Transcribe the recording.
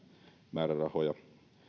määrärahoja